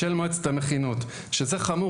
זה חמור.